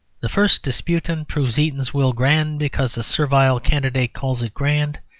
the first disputant proves eatanswill grand because a servile candidate calls it grand.